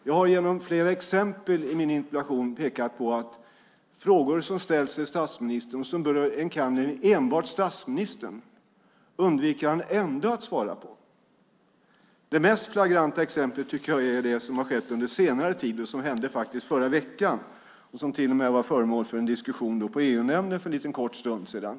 Jag har genom flera exempel i min interpellation pekat på att frågor som ställts till statsministern och som enkannerligen berör enbart statsministern undviker han ändå att svara på. Det mest flagranta exemplet tycker jag är det som har skett under senare tid, det som faktiskt hände förra veckan och som till och med var föremål för en diskussion i EU-nämnden för en kort stund sedan.